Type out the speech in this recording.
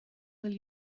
will